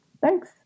Thanks